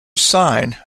sign